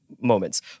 moments